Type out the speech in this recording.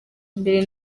mbere